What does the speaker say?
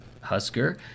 Husker